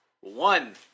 One